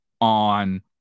on